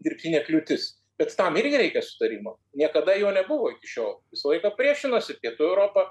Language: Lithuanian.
dirbtinė kliūtis bet tam irgi reikia sutarimo niekada jo nebuvo iki šiol visą laiką priešinosi pietų europa